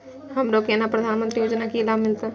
हमरो केना प्रधानमंत्री योजना की लाभ मिलते?